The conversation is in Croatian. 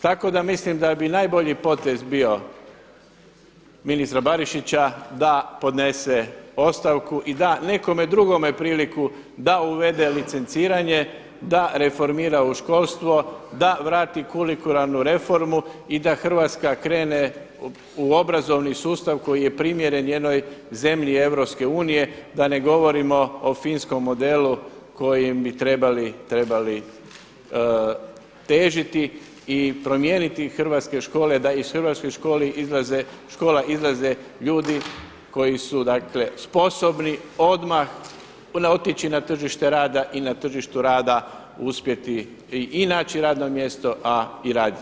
Tako da mislim da bi najbolji potez bio ministra Barišića da podnese ostavku i da nekome drugome priliku da uvede licenciranje, da reformira školstvo, da vrati kurikularnu reformu i da Hrvatska krene u obrazovni sustav koji je primjere jednoj zemlji Europske unije, da ne govorimo o finskom modelu kojim bi trebali težiti i promijeniti hrvatske škole da iz hrvatskih škola izlaze ljudi koji su dakle sposobni odmah otići na tržište rada i na tržištu rada uspjeti i naći radno mjesto a i raditi.